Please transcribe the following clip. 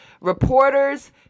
reporters